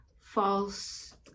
false